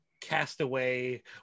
castaway